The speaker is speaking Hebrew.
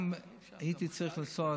גם הייתי צריך לנסוע,